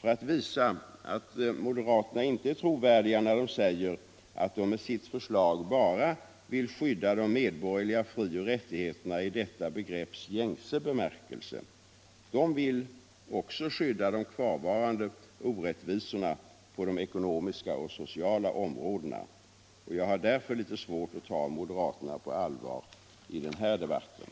för att visa att moderaterna inte är trovärdiga när de säger att de med sitt förslag bara vill skydda de medborgerliga frioch rättigheterna i detta begrepps gängse bemärkelse. De vill också skydda de kvarvarande orättvisorna på de ekonomiska och sociala områdena. Jag har därför litet svårt att ta moderaterna på allvar i den här debatten.